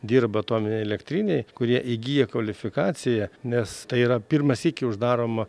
dirba atominėj elektrinėj kurie įgyja kvalifikaciją nes tai yra pirmą sykį uždaroma